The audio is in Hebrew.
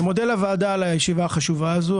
אני מודה לוועדה על הישיבה החשובה הזו.